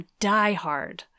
diehard